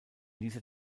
dieser